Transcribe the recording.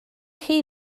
chi